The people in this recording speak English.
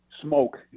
smoke